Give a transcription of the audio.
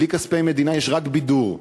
בלי כספי מדינה יש רק בידור.